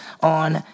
on